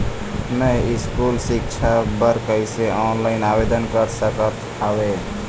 मैं स्कूल सिक्छा बर कैसे ऑनलाइन आवेदन कर सकत हावे?